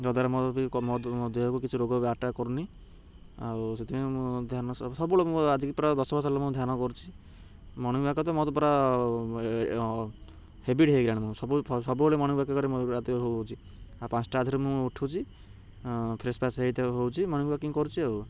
ଯଦ୍ୱାରା ମୋର ବି ମୋ ଦେହକୁ କିଛି ରୋଗ ବି ଆଟାକ୍ କରୁନି ଆଉ ସେଥିପାଇଁ ମୁଁ ଧ୍ୟାନ ସବୁବେଳେ ଆଜିକି ପ୍ରାୟ ଦଶ ବର୍ଷ ହେଲା ମୁଁ ଧ୍ୟାନ କରୁଛି ମର୍ଣ୍ଣିଂ ୱାକ ତ ମୋର ତ ପୁରା ହେବିଟ ହେଇଗଲାଣି ସବୁ ସବୁବେଳେ ମର୍ନିଂ ୱକରେ ହେଉଛି ଆଉ ପାଞ୍ଚଟା ଆଧରୁ ମୁଁ ଉଠୁଛି ଫ୍ରେସ୍ ଫ୍ରାସ୍ ହେଇ ହେଉଛି ମର୍ନିଂ ୱାକିଂ କରୁଛି ଆଉ